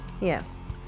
yes